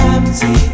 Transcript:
Empty